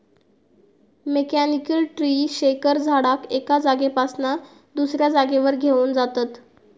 mechanical tree shaker झाडाक एका जागेपासना दुसऱ्या जागेवर घेऊन जातत